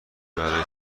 برای